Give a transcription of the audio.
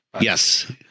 Yes